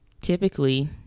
typically